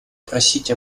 просить